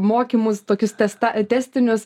mokymus tokius testa testinius